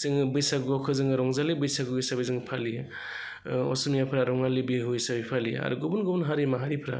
जोङो बैसागुखौ रंजालि बैसागु हिसाबै फालियो असमियाफोरा रङालि बिहु हिसाबै फालियो आरो गुबुन गुबुन हारि माहारिफ्रा